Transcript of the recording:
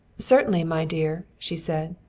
certainly, my dear, she said.